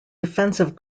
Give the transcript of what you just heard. defensive